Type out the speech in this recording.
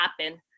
happen